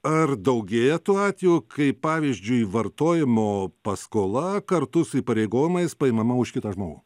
ar daugėja tų atvejų kai pavyzdžiui vartojimo paskola kartu su įpareigojimais paimama už kitą žmogų